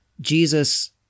Jesus